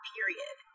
Period